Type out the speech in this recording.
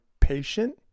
patient